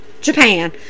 Japan